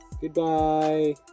Goodbye